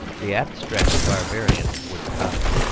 the abstract barbarian would copy.